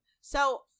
So-